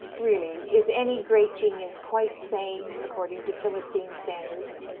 really, is any great genius quite sane according to philistine standards?